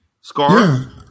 Scar